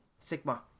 Sigma